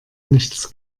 nichts